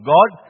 God